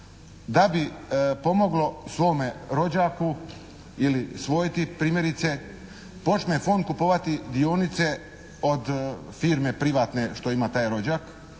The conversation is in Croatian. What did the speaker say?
da bi pomoglo svome rođaku i svojti primjerice počne fond kupovati dionice od firme privatne što je ima taj rođak